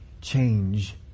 change